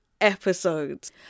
episodes